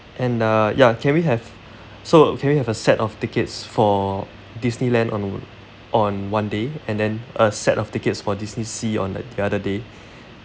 and uh ya can we have so can we have a set of tickets for Disneyland on on one day and then a set of tickets for DisneySea on the the other day